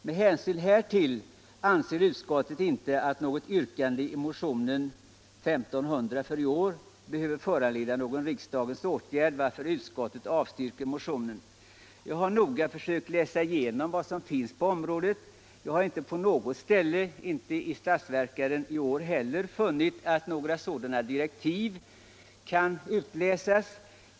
Med hänsyn härtill anser utskottet att yrkandet i motionen 1975/76:1500 inte behöver föranleda någon riksdagens åtgärd, varför utskottet avstyrker motionen.” Jag har noga försökt gå igenom vad som finns att läsa på området, men jag har inte på något ställe funnit sådana direktiv som utskottet talar om.